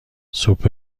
سوپ